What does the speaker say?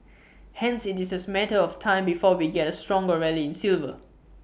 hence IT is A matter of time before we get A stronger rally in silver